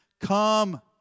come